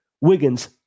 Wiggins